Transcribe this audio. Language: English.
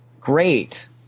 great